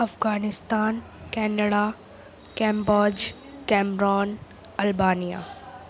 Afghanistan Canada کیمبوج Cameroon Albania